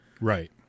Right